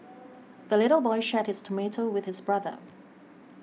the little boy shared his tomato with his brother